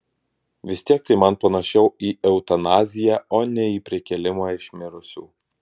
vis tiek tai man panašiau į eutanaziją o ne į prikėlimą iš mirusių